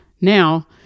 Now